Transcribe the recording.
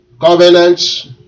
Covenants